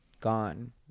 gone